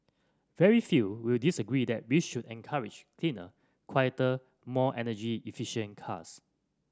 very few will disagree that we should encourage cleaner quieter more energy efficient cars